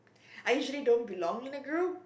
I usually don't belong in the group